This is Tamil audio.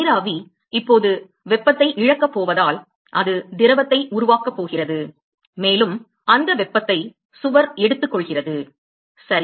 நீராவி இப்போது வெப்பத்தை இழக்கப் போவதால் அது திரவத்தை உருவாக்கப் போகிறது மேலும் அந்த வெப்பத்தை சுவர் எடுத்துக்கொள்கிறது சரி